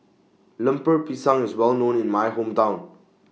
Lemper Pisang IS Well known in My Hometown